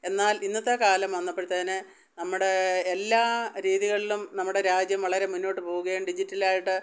എന്നാൽ ഇന്നത്തെ കാലം വന്നപ്പോഴത്തേന് നമ്മുടെ എല്ലാ രീതികളിലും നമ്മുടെ രാജ്യം മുന്നോട്ടു പോകുകയും ഡിജിറ്റലായിട്ട്